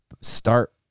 Start